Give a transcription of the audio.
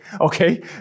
Okay